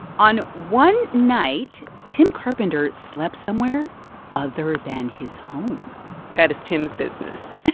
on one night, tim carpenter slept somewhere other than his home that is tim's business.